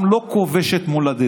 עם לא כובש את מולדתו.